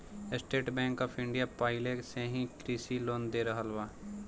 estate Bank of India पाहिले से ही कृषि लोन दे रहल बा